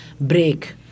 break